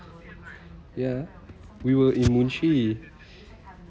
ya we were in munshi